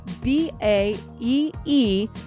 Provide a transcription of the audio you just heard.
B-A-E-E